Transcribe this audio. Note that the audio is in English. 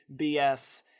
bs